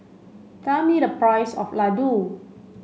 tell me the price of Ladoo